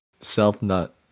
self-nut